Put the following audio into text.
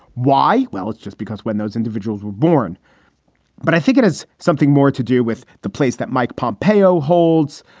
why? well, it's just because when those individuals were born but i think it has something more to do with the place that mike pompeo holds.